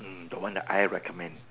mm the one that I recommend